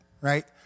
right